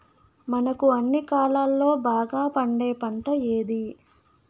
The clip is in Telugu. మనకు అన్ని కాలాల్లో బాగా పండే పంట ఏది?